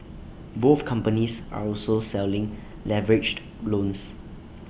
both companies are also selling leveraged loans